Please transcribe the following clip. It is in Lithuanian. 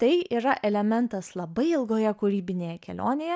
tai yra elementas labai ilgoje kūrybinėje kelionėje